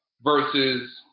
versus